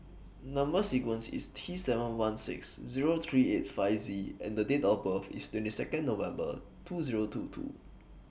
Number sequence IS T seven one six Zero three eight five Z and Date of birth IS twenty Second November two Zero two two